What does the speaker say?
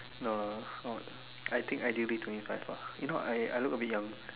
no what I think ideally to me five ah you know I I look a bit young